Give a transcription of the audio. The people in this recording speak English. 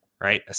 right